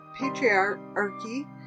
patriarchy